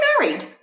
married